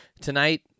tonight